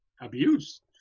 abuse